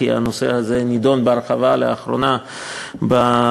כי הנושא הזה נדון בהרחבה לאחרונה בתקשורת,